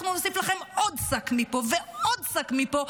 אנחנו נוסיף לכם עוד שק מפה ועוד שק מפה.